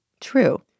True